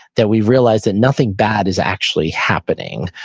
that we realize that nothing bad is actually happening.